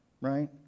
right